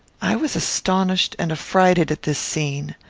i was astonished and affrighted at this scene.